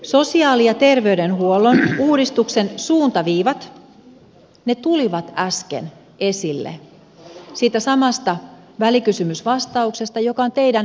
sosiaali ja terveydenhuollon uudistuksen suuntaviivat tulivat äsken esille siitä samasta välikysymysvastauksesta joka on teidän pöydillenne jaettu